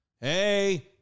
Hey